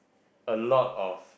a lot of